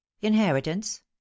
Inheritance